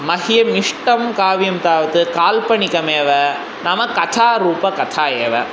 मह्यम् इष्टं काव्यं तावत् काल्पनिकमेव नाम कथा रूप कथा एव